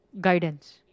guidance